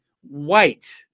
white